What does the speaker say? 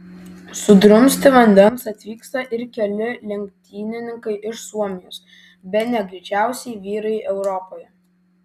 sudrumsti vandens atvyksta ir keli lenktynininkai iš suomijos bene greičiausi vyrai europoje